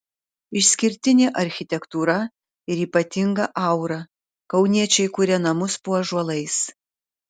išskirtinė architektūra ir ypatinga aura kauniečiai kuria namus po ąžuolais